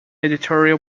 editorial